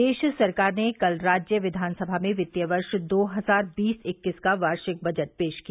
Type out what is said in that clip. प्रदेश सरकार ने कल राज्य विधानसभा में वित्तीय वर्ष दो हजार बीस इक्कीस का वार्षिक बजट पेश किया